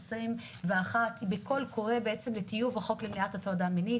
2021 יצאנו בקול קורא לטיוב החוק למניעת הטרדה מינית.